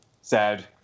Sad